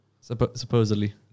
Supposedly